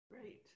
Great